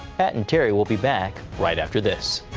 pat and terry will be back right after this.